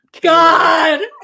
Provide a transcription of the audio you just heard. God